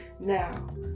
Now